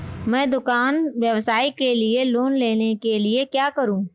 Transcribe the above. मैं दुकान व्यवसाय के लिए लोंन लेने के लिए क्या करूं?